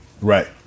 Right